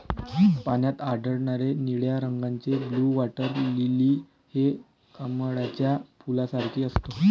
पाण्यात आढळणारे निळ्या रंगाचे ब्लू वॉटर लिली हे कमळाच्या फुलासारखे असते